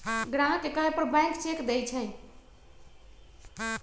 ग्राहक के कहे पर बैंक चेक देई छई